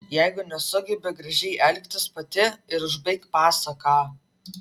jeigu nesugebi gražiai elgtis pati ir užbaik pasaką